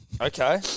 Okay